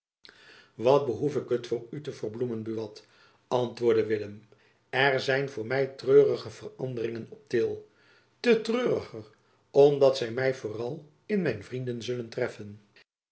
wat behoef ik het voor u te verbloemen buat antwoordde willem er zijn voor my treurige veranderingen op til te treuriger omdat zy my vooral in mijn vrienden zullen treffen